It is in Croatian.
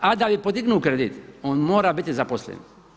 A da bi podignuo kredit on mora biti zaposlen.